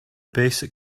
basic